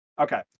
Okay